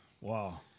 Wow